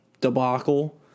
debacle –